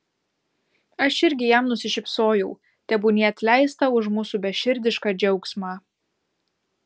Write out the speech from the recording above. aš irgi jam nusišypsojau tebūnie atleista už mūsų beširdišką džiaugsmą